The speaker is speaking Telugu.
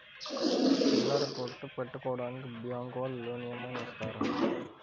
చిల్లర కొట్టు పెట్టుకోడానికి బ్యాంకు వాళ్ళు లోన్ ఏమైనా ఇస్తారా?